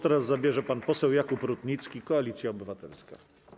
Teraz głos zabierze pan poseł Jakub Rutnicki, Koalicja Obywatelska.